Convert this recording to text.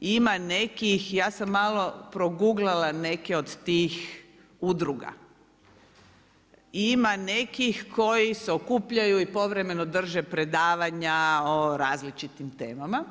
Ima nekih, ja sam malo proguglala neke od tih udruga i ima nekih koji se okupljaju i povremeno drže predavanja o različitim temama,